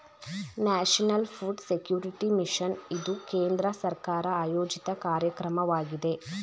national food security mission ಇದು ಕೇಂದ್ರ ಸರ್ಕಾರ ಆಯೋಜಿತ ಕಾರ್ಯಕ್ರಮವಾಗಿದೆ